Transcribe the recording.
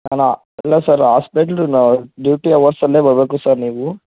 ನಾನಾ ಇಲ್ಲ ಸರ್ ಹಾಸ್ಪೆಟ್ಲುನಾ ಡ್ಯೂಟಿ ಹವರ್ಸಲ್ಲೇ ಬರಬೇಕು ಸರ್ ನೀವು